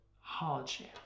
hardship